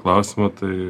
klausimą tai